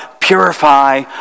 purify